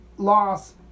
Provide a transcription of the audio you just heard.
loss